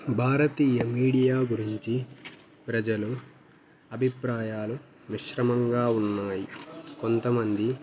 భారతీయ media గురించి ప్రజలు అభిప్రాయాలు మిశ్రమంగా ఉన్నాయి కొంతమంది